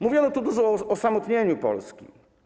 Mówiono tu dużo o osamotnieniu Polski.